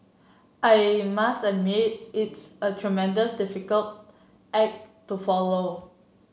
I must admit it's a tremendous difficult act to follow